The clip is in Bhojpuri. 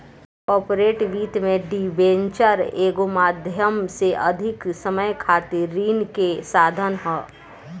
कॉर्पोरेट वित्त में डिबेंचर एगो माध्यम से अधिक समय खातिर ऋण के साधन ह